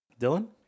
Dylan